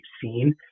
seen